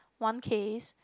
one case